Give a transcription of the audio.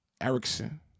Erickson